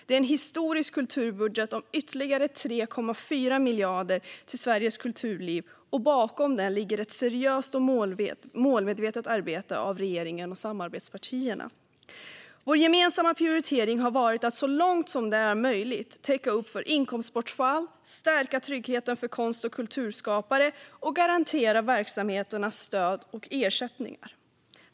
Det är en historisk kulturbudget om ytterligare 3,4 miljarder till Sveriges kulturliv, och bakom den ligger ett seriöst och målmedvetet arbete av regeringen och samarbetspartierna. Vår gemensamma prioritering har varit att så långt som det är möjligt täcka upp för inkomstbortfall, stärka tryggheten för konst och kulturskapare och garantera verksamheterna stöd och ersättningar.